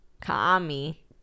Kami